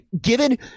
Given